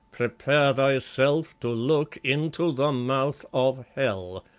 prepare thyself to look into the mouth of hell.